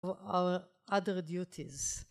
‫של עבודות אחרות.